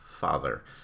father